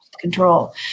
control